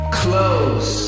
close